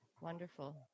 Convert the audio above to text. Wonderful